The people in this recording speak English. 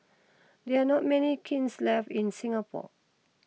there are not many kilns left in Singapore